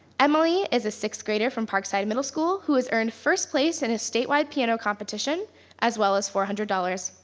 emily is a sixth grader from parkside middle school who is in first place in a state wide piano competition as well as four hundred dollars.